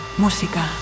música